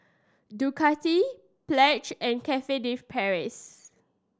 Ducati Pledge and Cafe De Paris